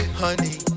honey